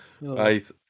Right